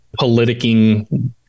politicking